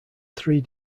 three